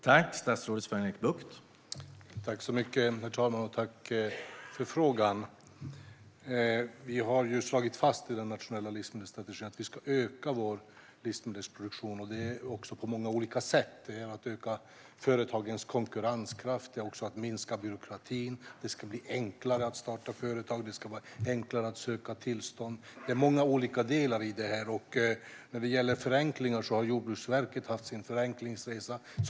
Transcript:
Herr talman! Tack, ledamoten, för frågan! Vi har i den nationella livsmedelsstrategin slagit fast att vi ska öka vår livsmedelsproduktion, och det ska göras på många olika sätt. Det handlar om att öka företagens konkurrenskraft och minska byråkratin. Det ska bli enklare att starta företag och att söka tillstånd. I allt detta finns många olika delar. När det gäller förenklingar har till exempel Jordbruksverket haft en förenklingsresa.